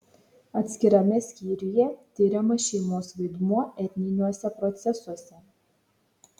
atskirame skyriuje tiriamas šeimos vaidmuo etniniuose procesuose